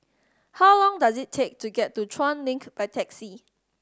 how long does it take to get to Chuan Link by taxi